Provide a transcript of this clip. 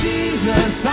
Jesus